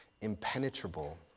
impenetrable